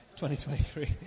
2023